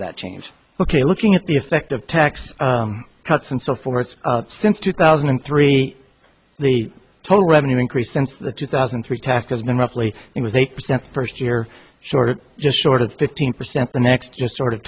that change ok looking at the effect of tax cuts and so forth since two thousand and three the total revenue increase since the two thousand and three tax has been roughly it was eight percent first year shorter just short of fifteen percent the next just sort of